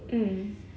mm